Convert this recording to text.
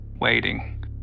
Waiting